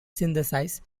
synthesize